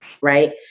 right